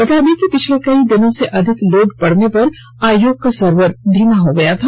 बता दें कि पिछले कई दिनों से अधिक लोड पडने पर आयोग का सर्वर धीमा हो गया था